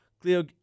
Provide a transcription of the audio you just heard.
Cleo